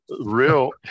real